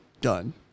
done